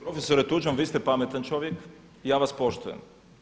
Profesore Tuđman, vi ste pametan čovjek i ja vas poštujem.